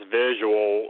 visual